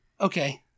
Okay